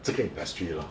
这个 industry lor